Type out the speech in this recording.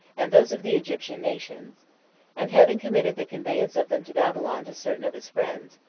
and those of the egyptian nations and having committed the conveyance of them to babylon to certain of his friends,